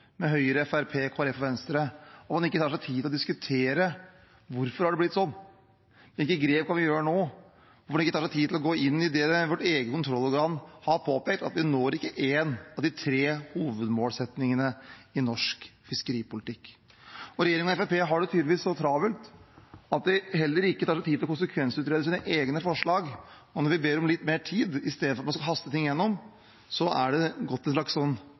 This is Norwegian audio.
Høyre, Fremskrittspartiet, Kristelig Folkeparti og Venstre – at man ikke tar seg tid til å diskutere hvorfor det er blitt sånn, hvilke grep gjør vi nå, og at man ikke tar seg tid til å gå inn i det vårt eget kontrollorgan har påpekt, som er at vi ikke når én av de tre hovedmålsettingene i norsk fiskeripolitikk. Regjeringen og Fremskrittspartiet har det tydeligvis så travelt at de heller ikke tar seg tid til å konsekvensutrede sine egne forslag. Og når vi ber om litt mer tid, i stedet for å haste ting igjennom, er det gått en slags